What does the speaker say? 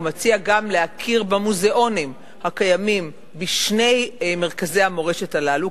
הוא מציע גם להכיר במוזיאונים הקיימים בשני מרכזי המורשת הללו,